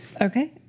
Okay